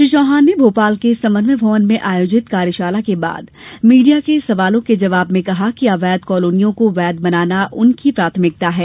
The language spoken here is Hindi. श्री चौहान ने भोपाल के समन्वय भवन में आयोजित कार्यशाला के बाद मीडिया के सवालों के जवाब में कहा कि अवैध कालोनियों को वैध बनाने की उनकी प्राथमिकता है